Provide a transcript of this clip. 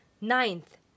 Ninth